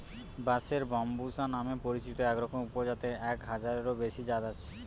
বাঁশের ব্যম্বুসা নামে পরিচিত একরকমের উপজাতের এক হাজারেরও বেশি জাত আছে